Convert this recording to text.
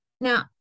Now